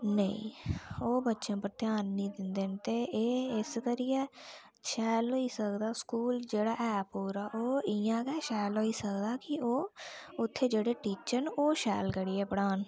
नेईं ओह् बच्चें उप्पर ध्यान नि दिंदे न ते एह् इस करियै शैल होई सकदा स्कूल जेह्ड़ा है पूरा ओह इ'यां गै शैल होई सकदा कि ओह् उत्थै जेह्ड़े टीचर न ओह् शैल करियै पढ़ान